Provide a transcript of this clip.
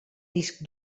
disc